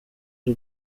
y’u